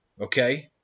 okay